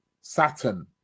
Saturn